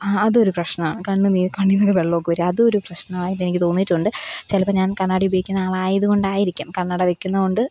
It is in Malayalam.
ആ അതൊരു പ്രശ്നമാണ് കണ്ണ് നീർ കണ്ണിൽ നിന്ന് വെള്ളമൊക്കെ വരും അത് ഒരു പ്രശ്നമായിട്ട് എനിക്ക് തോന്നിയിട്ടുണ്ട് ചിലപ്പം ഞാൻ കണ്ണാടി ഉപയോഗിക്കുന്ന ആളായത് കൊണ്ടായിരിക്കും കണ്ണട വയ്ക്കുന്നത് കൊണ്ട്